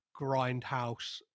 grindhouse